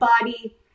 body